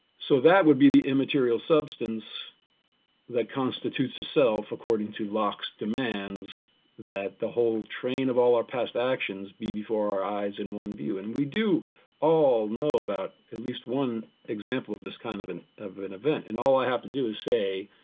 so that would be the immaterial substance that constitutes a self, according to locke's demands that the whole train of all our past actions be before our eyes in one view. and we do all know about at least one example of this kind of and of an event, and all i have to do is say,